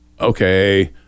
okay